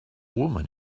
woman